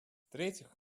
третьих